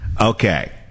Okay